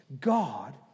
God